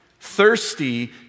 Thirsty